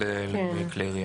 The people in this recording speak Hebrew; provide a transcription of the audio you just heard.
שמתייחסות לדמויי כלי ירייה.